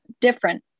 different